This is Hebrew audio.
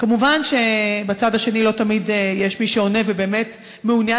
מובן שבצד השני לא תמיד יש מי שעונה ובאמת מעוניין